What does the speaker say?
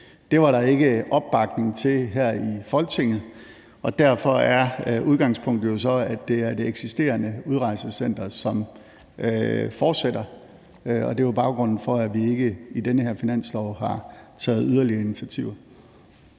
Det var der ikke opbakning til her i Folketinget, og derfor er udgangspunktet jo så, at det er det eksisterende udrejsecenter, som fortsætter. Det er baggrunden for, at vi i den her finanslov ikke har taget yderligere initiativer.